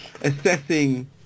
assessing